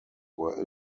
were